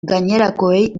gainerakoei